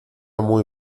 muy